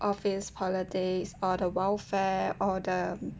office politics or the welfare or the